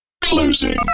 closing